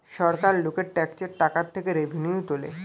সরকার লোকের ট্যাক্সের টাকা থেকে রেভিনিউ তোলে